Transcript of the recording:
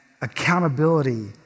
accountability